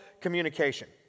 communication